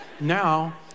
now